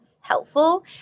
helpful